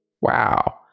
Wow